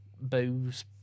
booze